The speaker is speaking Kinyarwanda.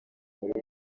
muri